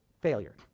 failure